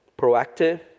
proactive